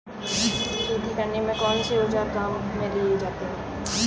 खेती करने में कौनसे औज़ार काम में लिए जाते हैं?